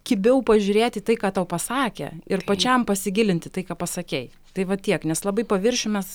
kibiau pažiūrėt į tai ką tau pasakė ir pačiam pasigilint į tai ką pasakei tai va tiek nes labai paviršium mes